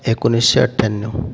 एकोणीसशे अठ्ठ्याण्णव